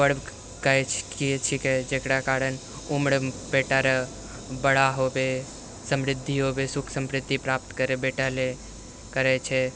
पर्व किए छिकै जकरा कारण उम्र बेटा रऽ बड़ा होबे समृद्धि होबे सुख समृद्धि प्राप्त करै बेटालए करै छै